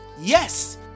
yes